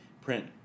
print